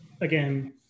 again